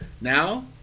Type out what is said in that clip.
Now